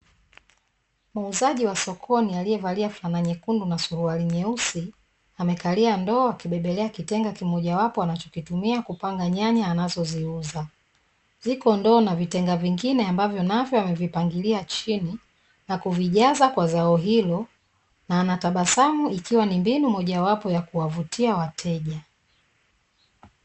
Muuzaji wa sokoni aliyevalia fulana nyekundu na suruali nyeusi, amekalia ndoo akibebelea kitenga kimojawapo anachokitumia kupanga nyanya anazoziuza. Ziko ndoo na vitenga vingine ambavyo amevipangilia chini na kuvijaza kwa zao hilo na anatabasamu ikiwa ni mbinu mojawapo ya kuwavutia wateja.